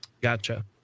Gotcha